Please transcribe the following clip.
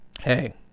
hey